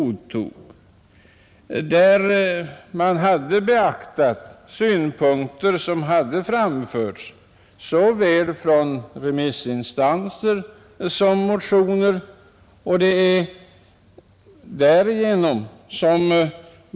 I utskottet hade man beaktat synpunkter som framförts av såväl remissinstanser som motionärer.